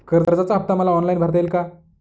कर्जाचा हफ्ता मला ऑनलाईन भरता येईल का?